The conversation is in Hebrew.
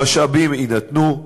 המשאבים יינתנו,